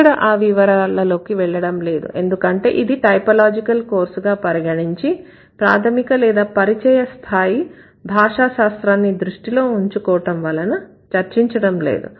ఇక్కడ ఆ వివరాలలోకి వెళ్ళడం లేదు ఎందుకంటే ఇది ఒక టైపోలాజికల్ కోర్సుగా పరిగణించి ప్రాథమిక లేదా పరిచయ స్థాయి భాషా శాస్త్రాన్ని దృష్టిలో ఉంచుకోవటం వలన చర్చించటం లేదు